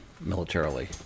militarily